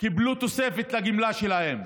קיבלו תוספת לגמלה שלהם,